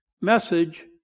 Message